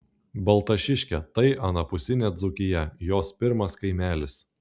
baltašiškė tai anapusinė dzūkija jos pirmas kaimelis